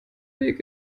weg